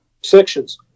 sections